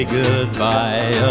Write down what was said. goodbye